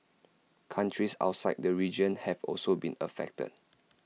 countries outside the region have also been affected